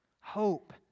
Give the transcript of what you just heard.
Hope